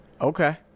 Okay